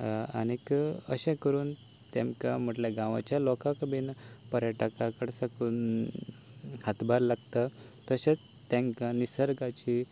आनीक अशें करून तेमकां म्हणल्यार गांवांच्या लोकांक बी पर्यटकांक साकून हातबार लागता तशेंच तांकां निसर्गाची